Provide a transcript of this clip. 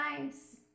nice